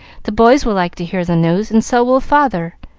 the boys will like to hear the news, and so will father.